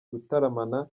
gutaramana